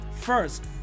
first